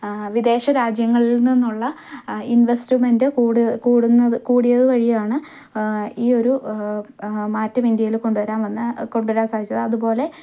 വിദേശരാജ്യങ്ങളിൽ നിന്നുള്ള ഇൻവെസ്റ്റ്മെന്റ് കൂടുന്നത് കൂടിയതു വഴിയാണ് ഈ ഒരു മാറ്റം ഇന്ത്യയിൽ കൊണ്ടുവരാൻ വന്ന കൊണ്ടുവരാൻ സാധിച്ചത് അതുപോലെ